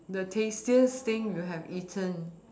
the tastiest thing you have eaten